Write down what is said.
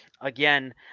Again